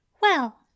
Well